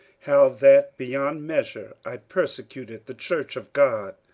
how that beyond measure i persecuted the church of god,